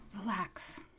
relax